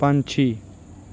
ਪੰਛੀ